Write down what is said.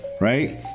right